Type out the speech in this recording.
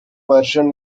version